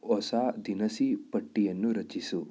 ಹೊಸ ದಿನಸಿ ಪಟ್ಟಿಯನ್ನು ರಚಿಸು